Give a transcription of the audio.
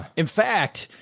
in fact,